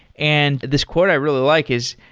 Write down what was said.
and this quote i really like is,